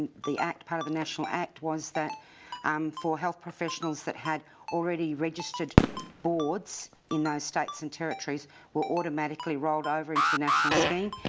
the act, part of the national act, was that um for health professionals that had already registered boards in those states and territories were automatically rolled over into the national scheme.